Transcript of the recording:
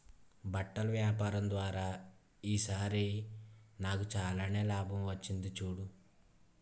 బట్టల వ్యాపారం ద్వారా ఈ సారి నాకు చాలానే లాభం వచ్చింది చూడు